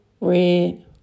red